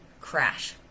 crash